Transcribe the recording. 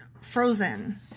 frozen